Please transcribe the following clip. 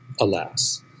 alas